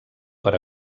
per